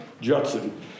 Judson